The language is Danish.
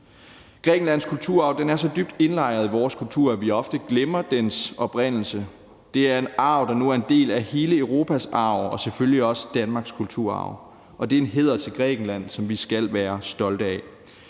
Grækenlands kulturarv er så dybt indlejret i vores kultur, at vi ofte glemmer dens oprindelse. Det er en arv, der nu er en del af hele Europas arv og selvfølgelig også Danmarks kulturarv, og det er en hæder til Grækenland, som vi skal være stolte af.